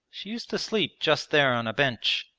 she used to sleep just there on a bench.